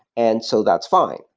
and so that's fine.